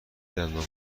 دندان